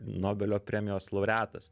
nobelio premijos laureatas